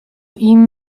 ihm